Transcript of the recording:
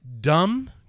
dumb